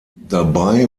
dabei